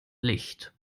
licht